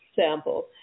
sample